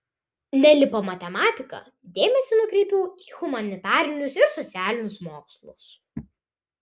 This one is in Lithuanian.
nelipo matematika dėmesį nukreipiau į humanitarinius ir socialinius mokslus